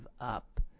up